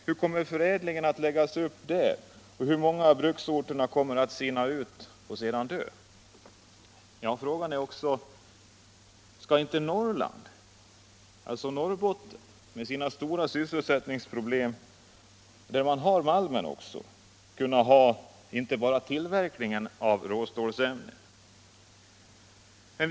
Hur kommer förädlingen att läggas upp där och hur många av bruksorterna kommer att gå tillbaka och sedan dö? Frågan är också: Skall Norrland och då främst Norrbotten, som har stora sysselsättningsproblem men som också har malmen, bara tillverka råstålsämnen?